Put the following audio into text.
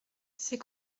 ces